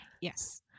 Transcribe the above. yes